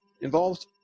involved